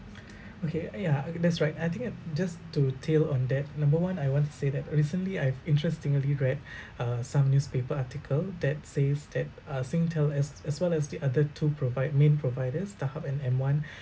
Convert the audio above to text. okay uh ya that's right I think it just to tail on that number one I want to say that recently I've interestingly read uh some newspaper article that says that uh Singtel as as what as the other two provide main providers Starhub and M one